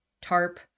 tarp